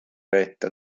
retta